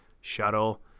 shuttle